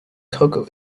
cacao